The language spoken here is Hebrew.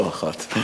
לא אחת,